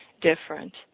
different